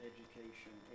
Education